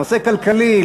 נושא כלכלי,